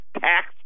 tax